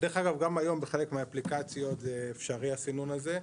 דרך אגב גם היום בחלק מהאפליקציות זה אפשרי הסינון הזה,